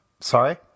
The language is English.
Sorry